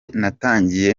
natangiye